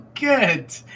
good